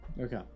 Okay